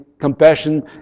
Compassion